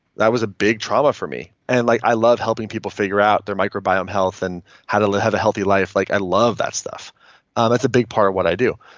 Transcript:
that was a big trauma for me. and like i love helping people figure out their microbiome health and how to have a healthy life. like i love that stuff that's a big part of what i do.